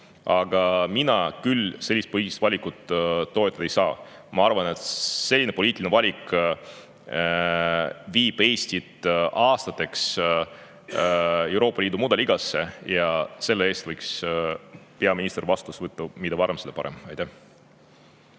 aga mina küll sellist poliitilist valikut toetada ei saa. Ma arvan, et selline poliitiline valik viib Eesti aastateks Euroopa Liidu mudaliigasse ja selle eest võiks peaminister vastutuse võtta. Mida varem, seda parem. Aitäh!